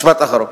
משפט אחרון: